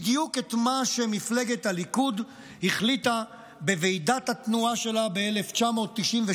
בדיוק את מה שמפלגת הליכוד החליטה בוועידת התנועה שלה ב-1993,